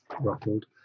ruffled